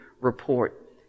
report